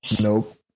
nope